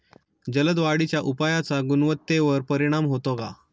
जलद वाढीच्या उपायाचा गुणवत्तेवर परिणाम होतो का?